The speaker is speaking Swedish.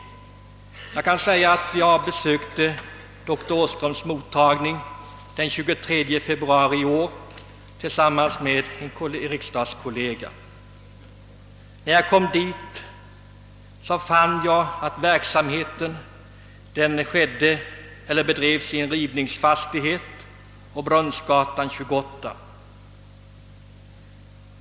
Jag besökte denna mottagning den 23 februari i år tillsammans med en riksdagskollega och fann därvid att verksamheten bedrevs i en rivningsfastighet Brunnsgatan 28.